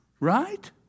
Right